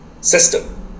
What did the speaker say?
system